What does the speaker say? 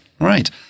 Right